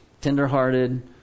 tender-hearted